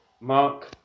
Mark